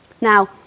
Now